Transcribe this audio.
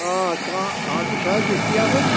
آ کانٛہہ آٹوٗ چھ حظ دٕستِیابے